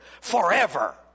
Forever